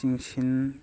ꯆꯤꯡꯁꯤꯟ